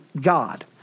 God